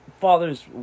father's